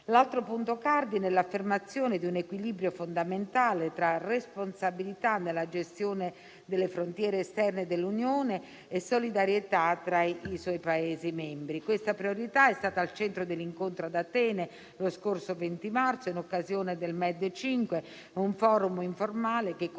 L'altro punto cardine è l'affermazione di un equilibrio fondamentale tra responsabilità nella gestione delle frontiere esterne dell'Unione e solidarietà tra i suoi Paesi membri. Questa priorità è stata al centro dell'incontro ad Atene, lo scorso 20 marzo, in occasione del Med-5, un *Forum* informale che comprende